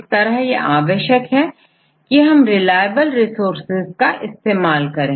इस तरह यह आवश्यक है कि हम रिलाएबल रिसोर्सेज का इस्तेमाल करें